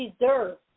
deserve